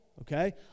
Okay